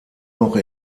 noch